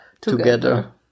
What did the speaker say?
together